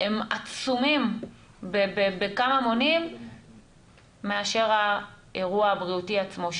הם עצומים בכמה מונים מאשר האירוע הבריאותי עצמו,